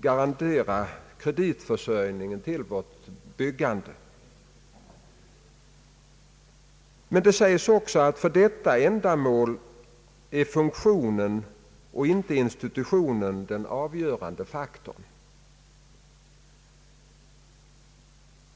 garantera kreditförsörjningen till vårt byggande, men det sägs också att för detta ändamål funktionen och inte institutionen är den avgörande faktorn.